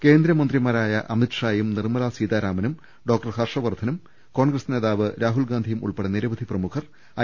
കേന്ദ്രമന്ത്രിമാരായ അമിത്ഷായും നിർമല സീതാരാമനും ഡോക്ടർ ഹർഷവർധനും കോൺഗ്രസ് നേതാവ് രാഹുൽഗാന്ധിയും ഉൾപ്പെടെ നിരവധി പ്രമുഖർ ഐ